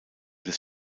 des